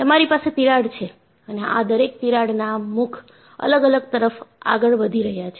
તમારી પાસે તિરાડ છે અને આ દરેક તિરાડ ના મુખ અલગ અલગ તરફ આગળ વધી રહ્યા છે